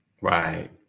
Right